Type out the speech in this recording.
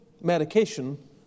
medication